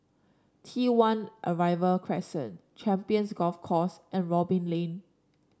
T One Arrival Crescent Champions Golf Course and Robin Lane